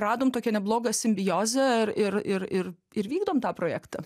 radom tokią neblogą simbiozę ir ir ir ir vykdom tą projektą